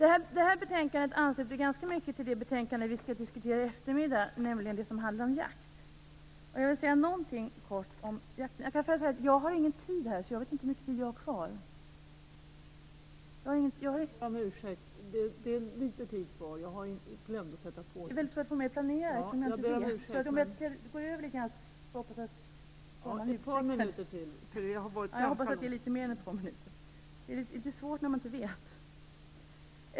Det här betänkandet ansluter ganska mycket till det betänkande som vi skall diskutera i eftermiddag, nämligen det som handlar om jakt. Jag vill säga någonting kort om jakten. Men först vill jag tala om att jag inte vet hur mycket taletid jag har kvar.